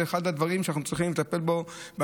זה אחד הדברים שאנחנו צריכים לטפל בהם,